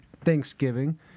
Thanksgiving